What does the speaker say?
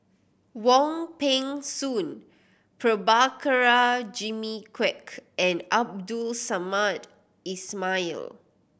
Wong Peng Soon Prabhakara Jimmy Quek and Abdul Samad Ismail